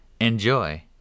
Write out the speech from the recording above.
Enjoy